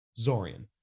Zorian